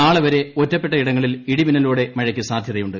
നാളെ വരെ ഒറ്റപ്പെട്ടയിടങ്ങളിൽ ഇടിമിന്നലോടെ മഴയ്ക്ക് സാധ്യതയുണ്ട്